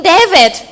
David